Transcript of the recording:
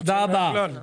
תודה רבה תודה.